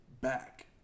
back